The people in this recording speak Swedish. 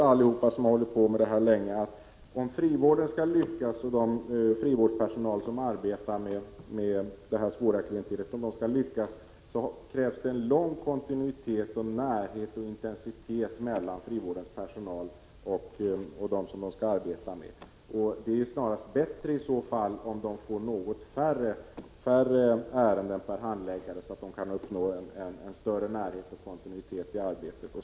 Alla vi som har arbetat med de här frågorna vet, att om den personal som arbetar inom frivården med detta svåra klientel skall lyckas, krävs det en lång kontinuitet, närhet och intensitet i kontakterna mellan frivårdens personal och de intagna. Det är snarast bättre om de får något färre ärenden per handläggare, så att de kan uppnå större närhet och kontinuitet i arbetet.